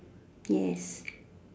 yes